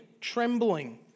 trembling